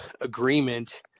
agreement